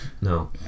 No